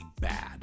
bad